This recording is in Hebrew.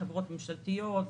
חברות ממשלתיות,